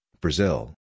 Brazil